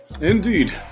indeed